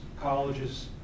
colleges